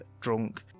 drunk